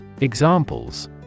Examples